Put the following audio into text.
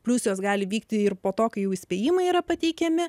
pliusas gali vykti ir po to kai jau įspėjimai yra pateikiami